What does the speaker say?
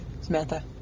Samantha